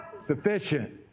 Sufficient